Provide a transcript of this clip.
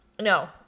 No